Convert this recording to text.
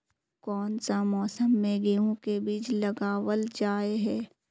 कोन सा मौसम में गेंहू के बीज लगावल जाय है